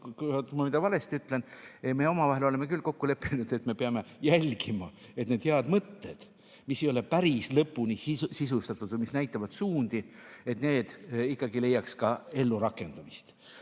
kui ma valesti ütlen): me oleme omavahel kokku leppinud, et me peame jälgima, et need head mõtted, mis ei ole päris lõpuni sisustatud või mis näitavad suundi, ikkagi leiaks ka ellurakendamist.